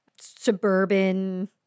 suburban